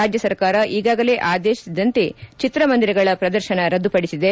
ರಾಜ ಸರ್ಕಾರ ಈಗಾಗಲೇ ಆದೇಶಿಸಿದಂತೆ ಚಿತ್ರಮಂದಿರಗಳ ಪ್ರದರ್ಶನ ರದ್ದುಪಡಿಸಿದೆ